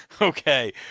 Okay